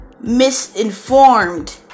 misinformed